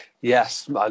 Yes